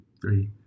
three